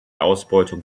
ausbeutung